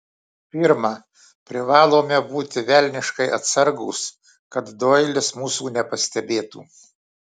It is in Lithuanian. pirma privalome būti velniškai atsargūs kad doilis mūsų nepastebėtų